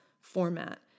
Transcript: format